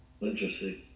Interesting